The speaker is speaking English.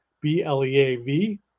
B-L-E-A-V